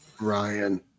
Ryan